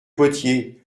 potier